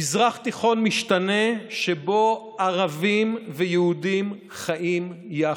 מזרח תיכון משתנה, שבו ערבים ויהודים חיים יחד,